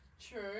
True